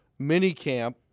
minicamp